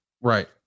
right